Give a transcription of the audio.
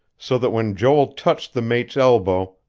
so that when joel touched the mate's elbow,